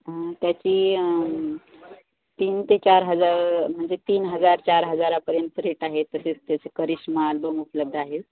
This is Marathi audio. त्याची तीन ते चार हजार म्हणजे तीन हजार चार हजारापर्यंत रेट आहेत तसेच त्याचे करिश्मा आल्बम उपलब्ध आहेत